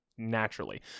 naturally